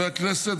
חברי הכנסת,